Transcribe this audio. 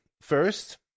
first